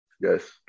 Yes